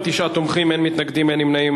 ובכן, תשעה תומכים, אין מתנגדים, אין נמנעים.